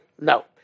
no